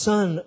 Son